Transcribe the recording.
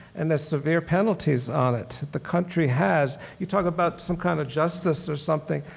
and there's severe penalties on it. the country has, you talk about some kind of justice or something,